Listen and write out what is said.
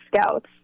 scouts